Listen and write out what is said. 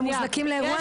הם מוזנקים לאירוע,